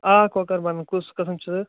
آ کۄکَر بَنَن کُس قٕسم چھُ ضرورت